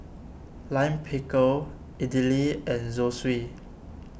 Lime Pickle Idili and Zosui